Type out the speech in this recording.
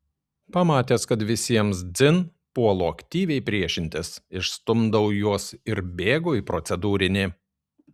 pamatęs kad visiems dzin puolu aktyviai priešintis išstumdau juos ir bėgu į procedūrinį